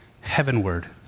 heavenward